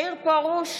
מאיר פרוש,